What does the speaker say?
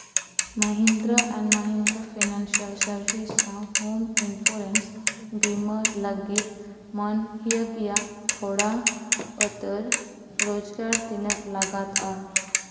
Mahindra and Mahindra financial services ᱥᱟᱶ home insurance ᱵᱤᱢᱟᱹ ᱞᱟᱹᱜᱤᱫ ᱢᱟᱹᱦᱱᱟᱹᱠᱤᱭᱟᱹ ᱛᱷᱚᱲᱟ ᱟᱹᱛᱟᱹᱨ ᱨᱚᱡᱽᱜᱟᱨ ᱛᱤᱱᱟᱹᱜ ᱞᱟᱜᱟᱛᱼᱟ